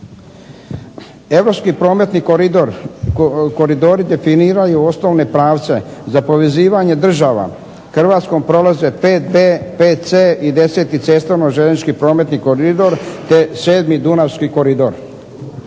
Europski prometni koridori definiraju osnovne pravce za povezivanje država. Hrvatskom prolaze 5B, 5C i 10. Cestovno-željeznički prometni koridor te 7. Dunavski koridor.